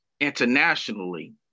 internationally